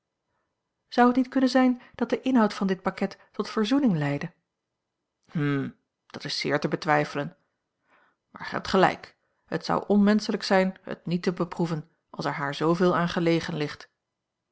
zou het niet kunnen zijn dat de inhoud van dit pakket tot verzoening leidde hm dat is zeer te betwijfelen maar gij hebt gelijk het zou onmenschelijk zijn het niet te beproeven als er haar zooveel aan gelegen ligt